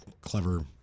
clever